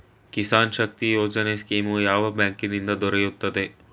ಕಿಸಾನ್ ಶಕ್ತಿ ಯೋಜನೆ ಸ್ಕೀಮು ಯಾವ ಬ್ಯಾಂಕಿನಿಂದ ದೊರೆಯುತ್ತದೆ?